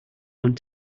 want